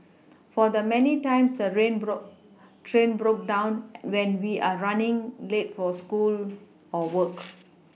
for the many times a rain the train broke down when we are running late for school or work